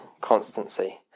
constancy